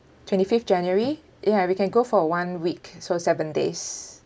twenty fifth january ya we can go for one week so seven days